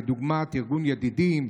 דוגמת ארגון ידידים,